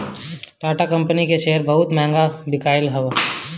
Tata company के शेयर बहुते महंग बिकाईल हअ